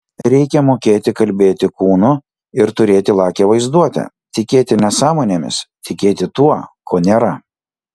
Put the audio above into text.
reikia mokėti kalbėti kūnu ir turėti lakią vaizduotę tikėti nesąmonėmis tikėti tuo ko nėra